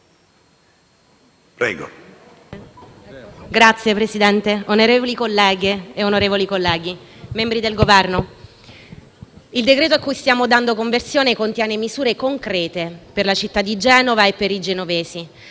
il decreto-legge a cui stiamo dando conversione contiene misure concrete per la città di Genova e per i genovesi,